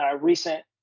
recent